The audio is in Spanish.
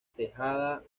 tejada